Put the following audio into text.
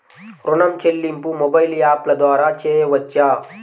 ఋణం చెల్లింపు మొబైల్ యాప్ల ద్వార చేయవచ్చా?